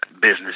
business